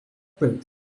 broke